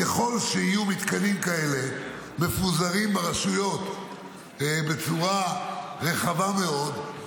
ככל שיהיו מתקנים כאלה מפוזרים ברשויות בצורה רחבה מאוד,